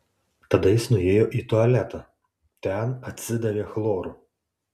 tada jis nuėjo į tualetą ten atsidavė chloru